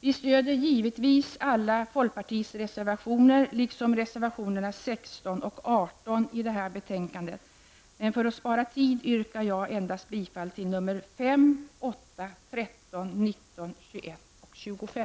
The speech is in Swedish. Vi stöder givetvis alla folkpartiets reservationer, liksom reservationerna nr 16 och 18, i detta betänkande, men för att spara tid yrkar jag bifall till endast nr 5, 8, 13, 19, 21 och 25.